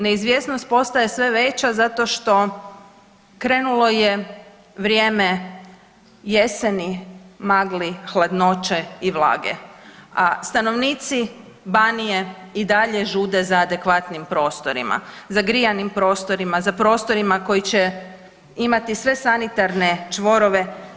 Neizvjesnost postaje sve veća zato što, krenulo je vrijeme jeseni, magli, hladnoći i vlage, a stanovnici Banije i dalje žude za adekvatnim prostorima, za grijanim prostorima, za prostorima koji će imati sve sanitarne čvorove.